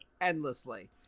endlessly